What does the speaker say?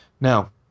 Now